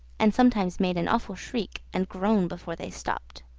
and sometimes made an awful shriek and groan before they stopped.